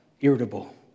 irritable